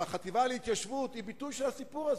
החטיבה להתיישבות הוא ביטוי של הסיפור הזה.